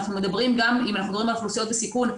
אם אנחנו מדברים על אוכלוסיות בסיכון,